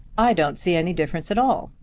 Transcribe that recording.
i don't see any difference at all.